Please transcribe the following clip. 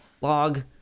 log